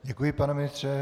Děkuji, pane ministře.